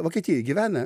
vokietijoj gyvena